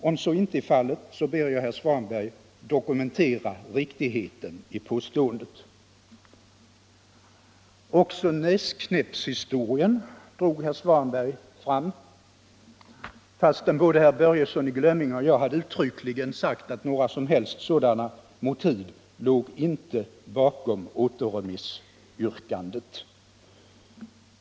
Om så inte är fallet ber jag herr Svanberg dokumentera riktigheten i påståendet. Också näsknäppshistorien drog herr Svanberg fram fastän både herr Börjesson i Glömminge och jag hade uttryckligen sagt att några som helst sådana motiv inte låg bakom återremissyrkandet.